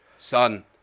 son